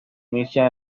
inicia